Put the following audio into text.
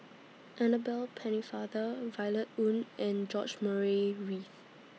Annabel Pennefather Violet Oon and George Murray Reith